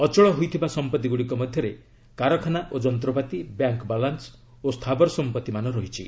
ଅଚଳ ହୋଇଥିବା ସମ୍ପଭିଗୁଡ଼ିକ ମଧ୍ୟରେ କାରଖାନା ଓ ଯନ୍ତ୍ରପାତି ବ୍ୟାଙ୍କ୍ ବାଲାନ୍ନ ଓ ସ୍ଥାବର ସମ୍ପତ୍ତି ରହିଛି